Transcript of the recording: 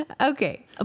Okay